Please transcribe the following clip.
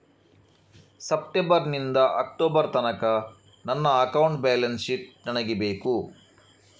September ನಿಂದ October ತನಕ ನನ್ನ ಅಕೌಂಟ್ ಬ್ಯಾಲೆನ್ಸ್ ಶೀಟ್ ನನಗೆ ಬೇಕು